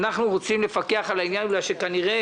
אנחנו רוצים לפקח על העניין בגלל שכנראה